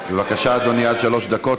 בבקשה, אדוני, עד שלוש דקות.